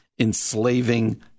Enslaving